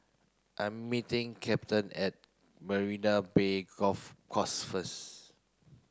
I am meeting Captain at Marina Bay Golf Course first